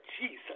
Jesus